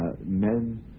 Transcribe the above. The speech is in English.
men